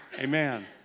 Amen